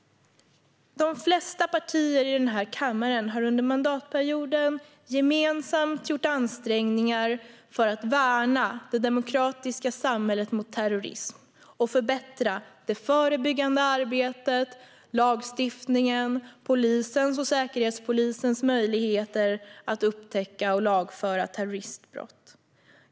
De flesta partier i den här kammaren har under mandatperioden gemensamt gjort ansträngningar för att värna det demokratiska samhället mot terrorism och förbättra det förebyggande arbetet, lagstiftningen och polisens och Säkerhetspolisens möjligheter att upptäcka och lagföra terroristbrott.